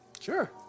Sure